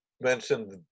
mentioned